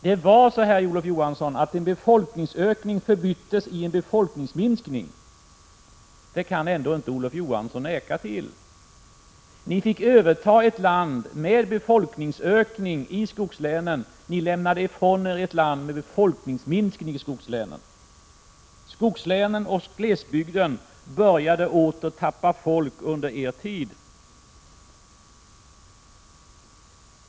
Jo, det var så här, Olof Johansson, att en befolkningsökning förbyttes i en befolkningsminskning. Det kan Olof Johansson ändå inte neka till. Ni fick överta ett land med befolkningsökning i skogslänen, och ni lämnade ifrån er ett land med befolkningsminskning i skogslänen. Skogslänen och glesbygden började åter tappa folk under er tid.